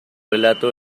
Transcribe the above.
relato